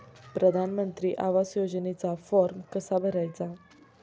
प्रधानमंत्री आवास योजनेचा फॉर्म कसा भरायचा?